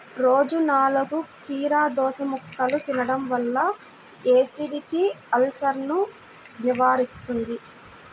రోజూ నాలుగు కీరదోసముక్కలు తినడం వల్ల ఎసిడిటీ, అల్సర్సను నివారిస్తుంది